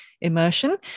immersion